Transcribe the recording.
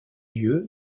lieu